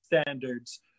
standards